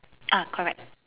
ah correct